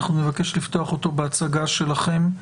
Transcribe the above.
אנחנו נבקש לפתוח אותו בהצגה שלכם.